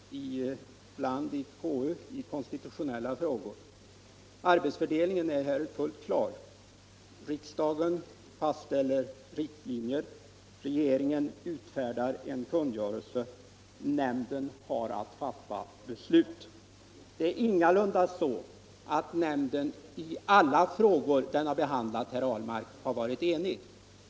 Herr talman! Det försiggår ibland en debatt i konstitutionella frågor i konstitutionsutskottet. Arbetsfördelningen är här fullt klar. Riksdagen fastställer riktlinjer, regeringen utfärdar en kungörelse, nämnden har att fatta beslut. Och nämnden har ingalunda varit enig i alla frågor den har behandlat, herr Ahlmark.